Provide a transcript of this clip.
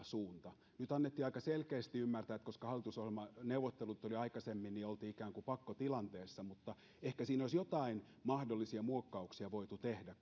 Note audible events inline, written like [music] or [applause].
[unintelligible] suunta nyt annettiin aika selkeästi ymmärtää että koska hallitusohjelmaneuvottelut olivat aikaisemmin niin oltiin ikään kuin pakkotilanteessa mutta ehkä siinä olisi joitain mahdollisia muokkauksia voitu tehdä [unintelligible]